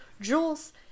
Jules